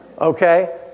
Okay